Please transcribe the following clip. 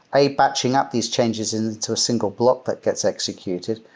a, batching up these changes into a single block that gets executed,